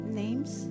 names